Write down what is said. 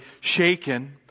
shaken